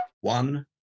One